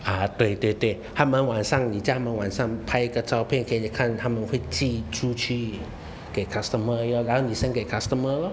啊对对对他们晚上你叫他们晚上拍个照片给你看他们会寄出去给 customer lor 然后你 send 给 customer lor